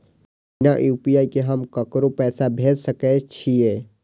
बिना यू.पी.आई के हम ककरो पैसा भेज सके छिए?